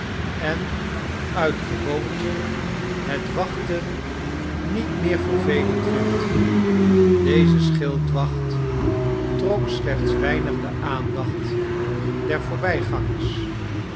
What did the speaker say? en uit gewoonte het wachten niet meer vervelend vindt deze schildwacht trok slechts weinig de aandacht der